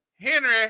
henry